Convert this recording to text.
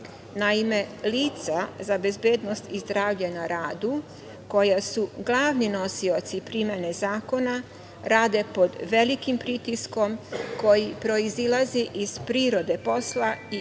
lica za bezbednost i zdravlje na radu koja su glavni nosioci primene zakona rade pod velikim pritiskom koji proizilazi iz prirode posla i